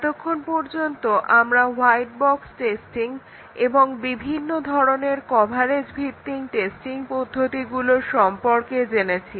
এতক্ষণ পর্যন্ত আমরা হোয়াইট বক্স টেস্টিং এবং বিভিন্ন ধরনের কভারেজ ভিত্তিক টেস্টিং পদ্ধতিগুলোর সম্পর্কে জেনেছি